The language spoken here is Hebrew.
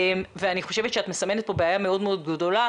אני חושבת שאת מסמנת פה בעיה מאוד גדולה,